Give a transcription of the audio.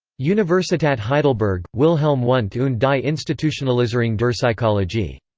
universitat heidelberg wilhelm wundt und die institutionalisierung der psychologie.